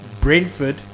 Brentford